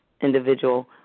individual